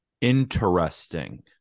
Interesting